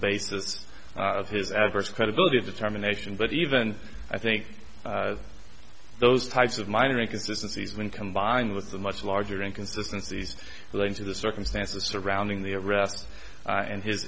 basis of his adverse credibility determination but even i think those types of minor inconsistencies when combined with a much larger inconsistency lane to the circumstances surrounding the arrest and his